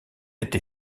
été